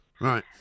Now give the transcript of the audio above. Right